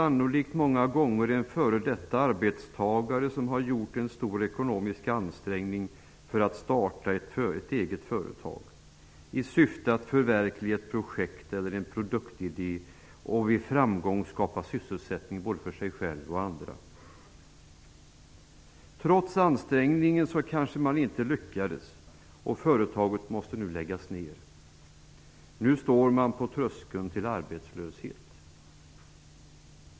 Sannolikt många gånger en f.d. arbetstagare som gjort en stor ekonomisk ansträngning för att starta ett eget företag i syfte att förverkliga ett projekt eller en produktidé och vid framgång skapa sysselsättning både för sig själv och andra. Trots ansträngningen kanske man inte lyckades - företaget måste läggas ner - och nu står man på tröskeln till arbetslöshet.